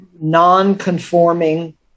non-conforming